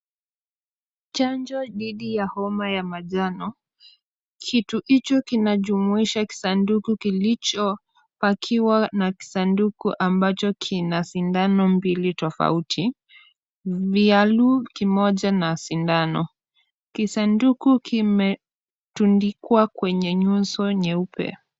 Chanjo dhidi ya homa ya manjano. Kitu hicho kinajumuisha kisanduku kilichopakiwa na kisanduku ambacho kina sindano mbili tofauti vya bluu kimoja na sindano. Kisanduku kimetundikwa kwenye nyuso nyeupe.